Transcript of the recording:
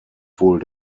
wohl